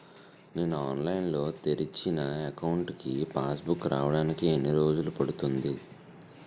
నేను ఆన్లైన్ లో తెరిచిన అకౌంట్ కి పాస్ బుక్ రావడానికి ఎన్ని రోజులు పడుతుంది?